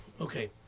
Okay